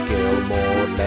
Gilmore